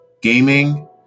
gaming